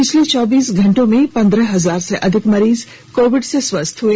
पिछले चौबीस घंटों में पंद्रह हजार से अधिक मरीज कोविड से स्वस्थ हए